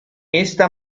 esta